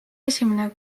esimene